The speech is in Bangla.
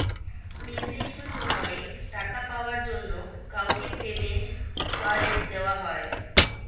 নির্দিষ্ট সময়ে টাকা পাওয়ার জন্য কাউকে পেমেন্ট ওয়ারেন্ট দেওয়া হয়